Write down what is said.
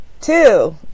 two